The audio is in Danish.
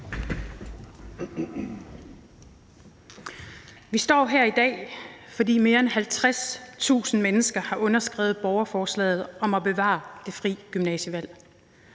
Vi står her i dag, fordi mere end 50.000 mennesker har underskrevet borgerforslaget om at bevare det frie gymnasievalg.